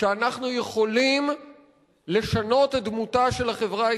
שאנחנו יכולים לשנות את דמותה של החברה הישראלית,